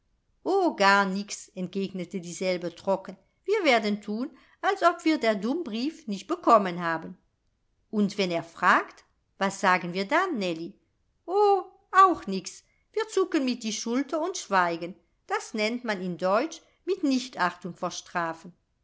o gar nix entgegnete dieselbe trocken wir werden thun als ob wir der dumm brief nicht bekommen haben und wenn er fragt was sagen wir dann nellie o auch nix wir zucken mit die schulter und schweigen das nennt man in deutsch mit nichtachtung verstrafen